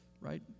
right